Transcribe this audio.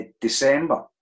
December